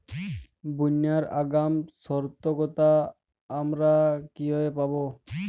বন্যার আগাম সতর্কতা আমরা কিভাবে পাবো?